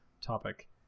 topic